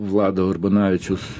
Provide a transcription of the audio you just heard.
vlado urbonavičiaus